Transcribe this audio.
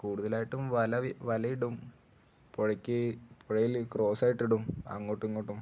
കൂടുതലായിട്ടും വല വലയിടും പുഴയ്ക്ക് പുഴയിൽ ക്രോസ് ആയിട്ട് ഇടും അങ്ങോട്ടും ഇങ്ങോട്ടും